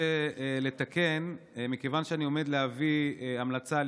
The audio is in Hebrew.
רוצה לתקן: מכיוון שאני עומד להביא המלצה על